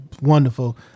wonderful